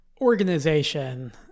organization